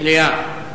מליאה.